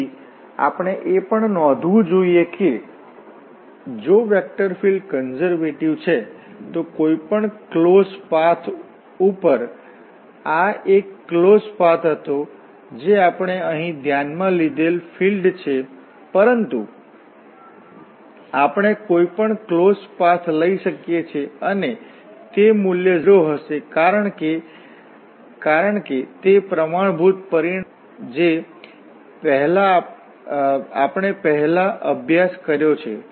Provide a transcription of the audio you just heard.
તેથી આપણે એ પણ નોંધવું જોઈએ કે જો વેક્ટર કન્ઝર્વેટિવ છે તો કોઈપણ ક્લોસ્ડ પાથ ઉપર આ એક ક્લોસ્ડ પાથ હતો જે આપણે અહીં ધ્યાનમાં લીધેલ ફિલ્ડ છે પરંતુ આપણે કોઈપણ ક્લોસ્ડ પાથ લઈ શકીએ છીએ અને તે મૂલ્ય 0 હશે કારણ કે તે પ્રમાણભૂત પરિણામ છે જે આપણે પહેલાં અભ્યાસ કર્યો છે